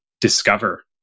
discover